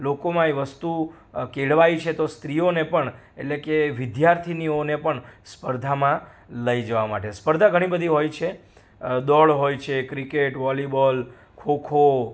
લોકોમાં એ વસ્તુ કેળવાઈ છે તો સ્ત્રીઓને પણ એટલે પણ વિદ્યાર્થિનીઓને પણ સ્પર્ધામાં લઈ જવા માટે સ્પર્ધા ઘણી બધી હોય છે દોડ હોય છે ક્રિકેટ વોલીબોલ ખોખો